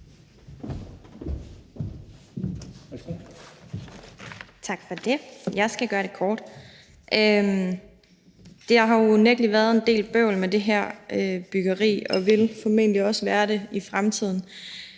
Tak for det. Jeg skal gøre det kort. Der har unægtelig været en del bøvl med det her byggeri, og der vil formentlig også være det i fremtiden,